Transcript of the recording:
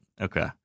Okay